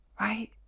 right